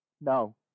No